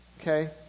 Okay